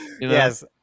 Yes